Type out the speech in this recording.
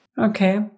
Okay